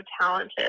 talented